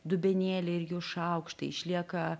dubenėliai ir jų šaukštai išlieka